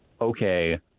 okay